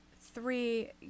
three